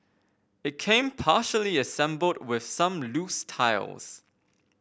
it came partially assembled with some loose tiles